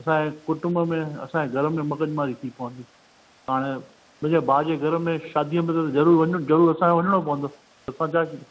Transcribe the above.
असांजे कुटुंब में असांजे घर में मगज़मारी थी पवंदी हाणे मु्हिंजे भाउ जे घर में शादीअ में त जरुर वञि जरुर असांजे वञिणो पवंदो असां छा आहे